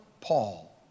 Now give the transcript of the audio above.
Paul